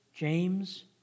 James